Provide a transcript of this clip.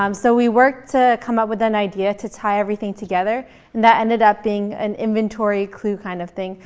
um so we worked to come up with an idea to tie everything together. and that ended up being an inventory clue kind of thing.